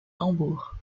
hambourg